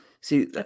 See